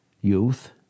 youth